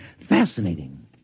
Fascinating